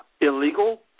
illegal